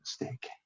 mistake